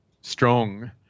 strong